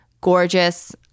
gorgeous